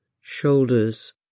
shoulders